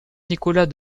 nicolas